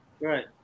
Right